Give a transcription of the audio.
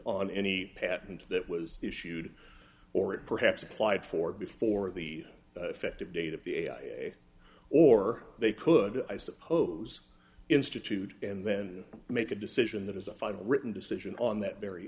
on any patent that was issued or it perhaps applied for before the effective date of or they could i suppose institute and then make a decision that as a final written decision on that very